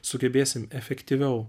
sugebėsim efektyviau